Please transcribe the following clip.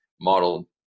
model